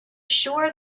sure